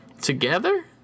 together